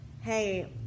hey